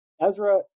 Ezra